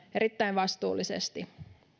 erittäin vastuullisesti